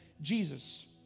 Jesus